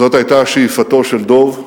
זאת היתה שאיפתו של דב,